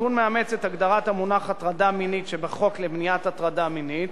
התיקון מאמץ את הגדרת המונח "הטרדה מינית" שבחוק למניעת הטרדה מינית,